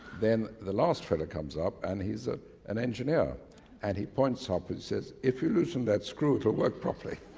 then the last fellow comes up and he's ah an engineer and he points ah up, he says, if you loosen that screw but work properly'